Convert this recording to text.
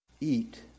Eat